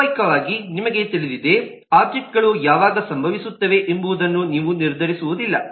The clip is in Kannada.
ಸ್ವಾಭಾವಿಕವಾಗಿ ನಿಮಗೆ ತಿಳಿದಿದೆ ಒಬ್ಜೆಕ್ಟ್ಗಳು ಯಾವಾಗ ಸಂಭವಿಸುತ್ತವೆ ಎಂಬುದನ್ನು ನೀವು ನಿರ್ಧರಿಸುವುದಿಲ್ಲ